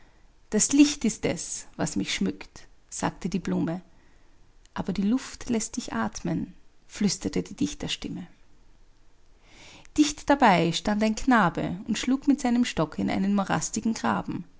das licht ist es was mich schmückt sagte die blume aber die luft läßt dich atmen flüsterte die dichterstimme dicht dabei stand ein knabe und schlug mit seinem stocke in einen morastigen graben